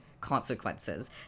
consequences